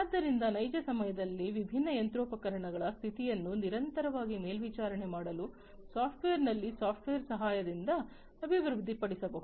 ಆದ್ದರಿಂದ ನೈಜ ಸಮಯದಲ್ಲಿ ವಿಭಿನ್ನ ಯಂತ್ರೋಪಕರಣಗಳ ಸ್ಥಿತಿಯನ್ನು ನಿರಂತರವಾಗಿ ಮೇಲ್ವಿಚಾರಣೆ ಮಾಡಲು ಸಾಫ್ಟ್ವೇರ್ನಲ್ಲಿ ಸಾಫ್ಟ್ವೇರ್ ಸಹಾಯದಿಂದ ಅಭಿವೃದ್ಧಿಪಡಿಸಬಹುದು